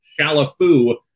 Shalafu